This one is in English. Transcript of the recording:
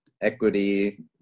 equity